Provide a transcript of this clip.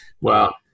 Wow